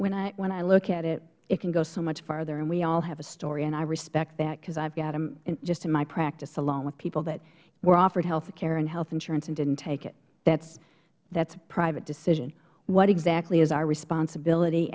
braden when i look at it it can go so much farther and we all have a story and i respect that because i have them just in my practice alone with people that were offered health care and health insurance and didn't take it that is a private decision what exactly is our responsibility